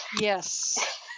yes